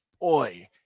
boy